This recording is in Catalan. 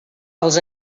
els